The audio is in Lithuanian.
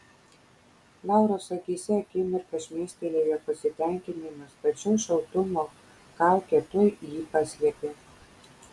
lauros akyse akimirką šmėstelėjo pasitenkinimas tačiau šaltumo kaukė tuoj jį paslėpė